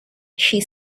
she